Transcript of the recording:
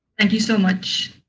thank you so much.